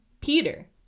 Peter